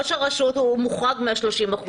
ראש הרשות הוא מוחרג מה-30%,